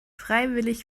freiwillig